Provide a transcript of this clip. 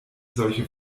solche